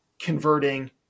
converting